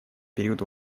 период